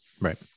right